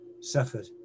suffered